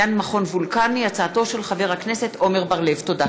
הכנסת עמר בר-לב בנושא: הצורך בפרסומו של דוח המו"פ בעניין מכון וולקני.